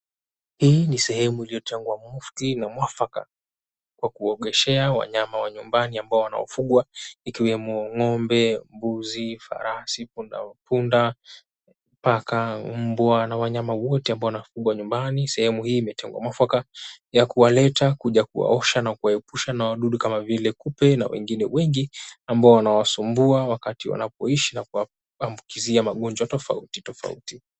Hii ni sehemu iliyotengwa mufti na mwafaka kwa kuogeshea wanyama wa nyumbani ambao wanaofugwa ikiwemo ng'ombe, mbuzi, farasi, punda, paka, mbwa na wanyama wote ambao wanafugwa nyumbani. Sehemu hii imetengwa mwafaka ya kuwaleta kuja kuwaosha na kuwaepusha na wadudu kama vile kupe na wengine wengi ambao wanawasumbua wakati wanapoishi na kuambukizia magonjwa tofauti tofauti.